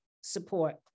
support